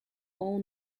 all